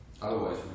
Otherwise